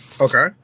Okay